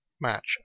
match